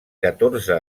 catorze